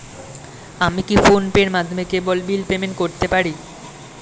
আমি কি ফোন পের মাধ্যমে কেবল বিল পেমেন্ট করতে পারি?